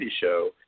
show